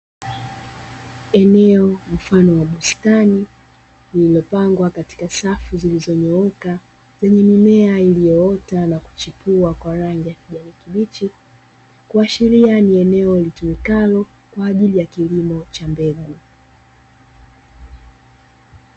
Eneo mfano wa bustani lililopangwa katika safu zilizonyooka, zenye mimea iliyoota na kuchipua kwa rangi ya kijani kibichi. Kuashiria ni eneo litumikalo kwa ajili kilimo cha mbegu.